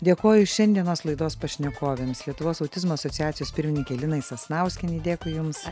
dėkoju šiandienos laidos pašnekovėms lietuvos autizmo asociacijos pirmininkei linai sasnauskienei dėkui jums